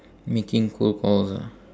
making cold calls ah